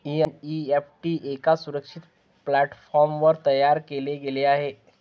NEFT एका सुरक्षित प्लॅटफॉर्मवर तयार केले गेले आहे